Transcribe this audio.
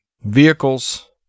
Vehicles